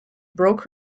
broke